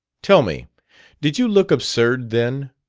tell me did you look absurd then?